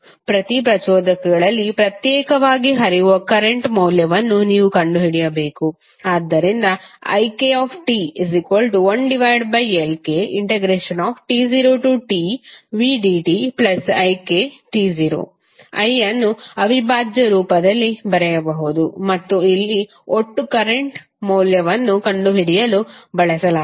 ಪ್ರತಿ ಪ್ರಚೋದಕಗಳಲ್ಲಿ ಪ್ರತ್ಯೇಕವಾಗಿ ಹರಿಯುವ ಕರೆಂಟ್ ಮೌಲ್ಯವನ್ನು ನೀವು ಕಂಡುಹಿಡಿಯಬೇಕು ಆದ್ದರಿಂದ ikt1Lkt0tvdtik i ಅನ್ನು ಅವಿಭಾಜ್ಯ ರೂಪದಲ್ಲಿ ಬರೆಯಬಹುದು ಮತ್ತು ಇಲ್ಲಿ ಒಟ್ಟು ಕರೆಂಟ್ ಮೌಲ್ಯವನ್ನು ಕಂಡುಹಿಡಿಯಲು ಬಳಸಲಾಗಿದೆ